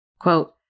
quote